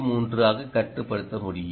3 ஆக கட்டுப்படுத்த முடியும்